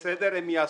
הם יעשו.